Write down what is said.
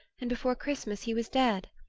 and before christmas he was dead.